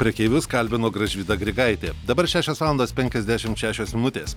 prekeivius kalbino gražvyda grigaitė dabar šešios valandos penkiasdešimt šešios minutės